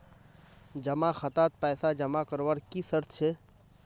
जमा खातात पैसा जमा करवार की शर्त छे?